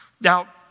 Now